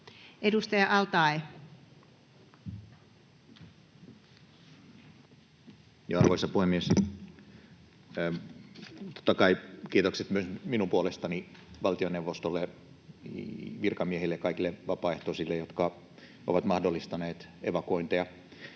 Edustaja al-Taee. Arvoisa puhemies! Totta kai kiitokset myös minun puolestani valtioneuvostolle, virkamiehille ja kaikille vapaaehtoisille, jotka ovat mahdollistaneet evakuointeja.